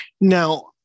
Now